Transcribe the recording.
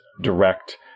direct